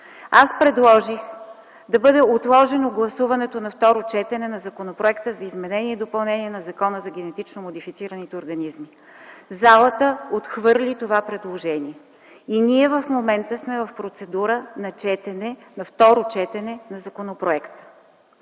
аз предложих да бъде отложено гласуването на второ четене на Законопроекта за изменение и допълнение на Закона за генетично модифицираните организми. Залата отхвърли това предложение и ние в момента сме в процедура на второ четене на законопроекта.